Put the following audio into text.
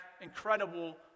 incredible